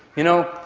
you know,